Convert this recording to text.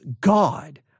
God